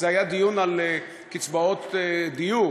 זה היה דיון על קצבאות דיור,